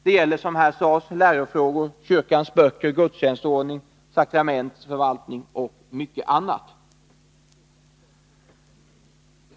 Det gäller, som sades här, lärofrågor, kyrkans böcker, gudstjänstordning, sakrament, förvaltning och mycket annat.